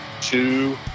two